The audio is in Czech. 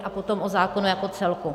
A potom o zákonu jako celku.